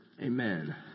Amen